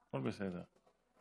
הכול בסדר.